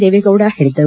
ದೇವೇಗೌಡ ಹೇಳಿದರು